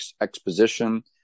exposition